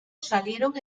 salieron